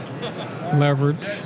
Leverage